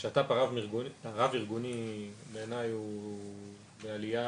השת"פ הרב-ארגוני בעיניי הוא בעלייה,